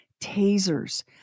Tasers